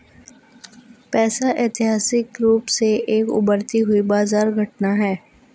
पैसा ऐतिहासिक रूप से एक उभरती हुई बाजार घटना है